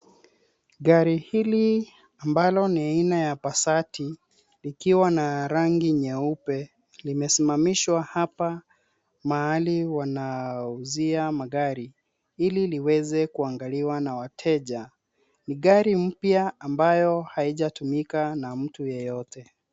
Gari hili ambalo ni aina ya Pasati, likiwa na rangi nyeupe, limesimamishwa hapa mahali wanauzia magari ili liweze kuangaliwa na wateja. Ni gari mpya ambayo haijatumika na mtu yeyote.